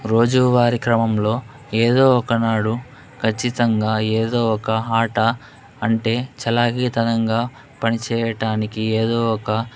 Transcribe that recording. రోజువారి క్రమంలో ఏదో ఒకనాడు ఖచ్చితంగా ఏదో ఒక ఆట అంటే చలాకితనంగా పనిచేయటానికి ఏదో ఒక